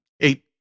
eight